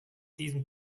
diesem